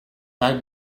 back